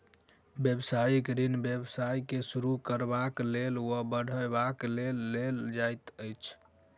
व्यवसायिक ऋण व्यवसाय के शुरू करबाक लेल वा बढ़बय के लेल लेल जाइत अछि